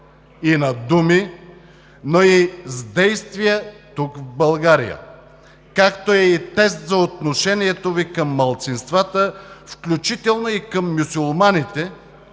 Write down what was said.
и на думи, но и с действия тук, в България, както и е тест за отношението Ви към малцинствата, включително и към мюсюлманите,